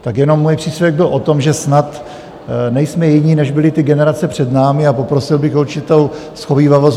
Tak jenom můj příspěvek byl o tom, že snad nejsme jiní, než byly ty generace před námi, a poprosil bych o určitou shovívavost.